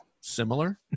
similar